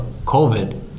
COVID